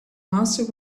master